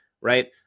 right